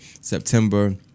September